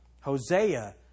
Hosea